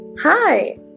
Hi